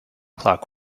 clock